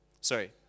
sorry